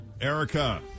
Erica